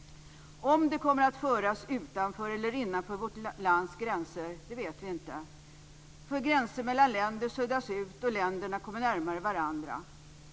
Om det kommer att föras utanför eller innanför vårt lands gränser, det vet vi inte. Gränser mellan länder suddas ut och länderna kommer närmare varandra.